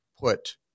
put